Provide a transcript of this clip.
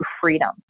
freedom